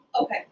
Okay